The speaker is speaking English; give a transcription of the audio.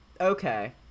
okay